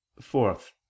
Fourth